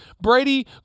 Brady